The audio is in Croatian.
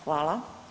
Hvala.